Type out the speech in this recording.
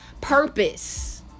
purpose